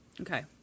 Okay